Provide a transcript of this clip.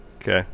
okay